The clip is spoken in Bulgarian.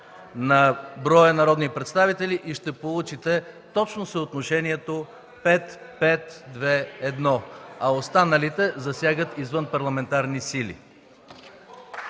на броя народни представители, и ще получите точно съотношението 5:5:2:1, а останалите засягат извънпарламентарни сили.